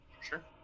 Sure